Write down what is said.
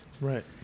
Right